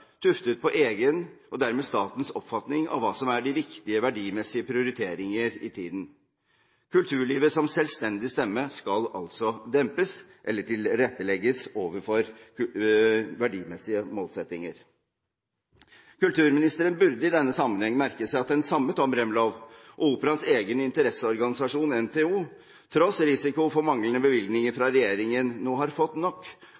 tuftet på egen, og dermed statens, oppfatning av hva som er de viktige verdimessige prioriteringer i tiden. Kulturlivet som selvstendig stemme skal altså dempes eller tilrettelegges i henhold til verdimessige målsettinger. Kulturministeren burde i denne sammenheng merke seg at den samme Tom Remlov og Operaens egen interesseorganisasjon, NTO, tross risiko for manglende bevilgninger fra regjeringen, nå har fått nok,